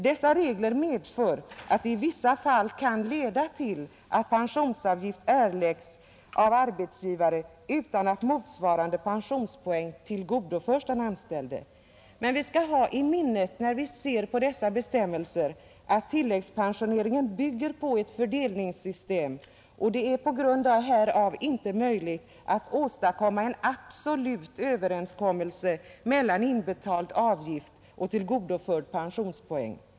Dessa regler kan i vissa fall leda till att pensionsavgift erlägges av arbetsgivare utan att motsvarande pensionspoäng tillgodoföres den anställde. Men vi skall ha i minnet när vi ser på dessa bestämmelser, att tilläggspensioneringen bygger på ett fördelningssystem, och det är på grund härav inte möjligt att åstadkomma en absolut överensstämmelse mellan inbetald avgift och tillgodoförd pensionspoäng.